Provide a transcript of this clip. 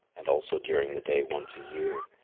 and also during the day once a year,